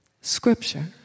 scripture